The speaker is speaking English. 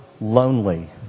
lonely